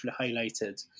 highlighted